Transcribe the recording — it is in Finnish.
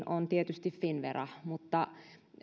on tietysti finnvera mutta